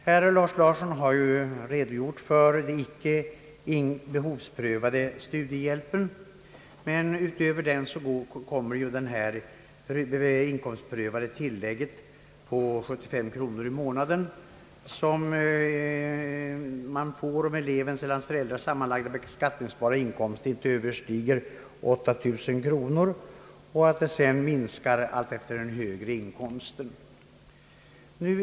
Herr Lars Larsson har redogjort för den icke behovsprövade studiehjälpen, men utöver den kommer ju det inkomstprövade tillägget på 75 kronor i månaden, som utgår om elevens och hans föräldrars sammanlagda beskattningsbara inkomst inte överstiger 8000 kronor och sedan minskar alltefter den högre inkomsten.